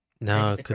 No